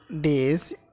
days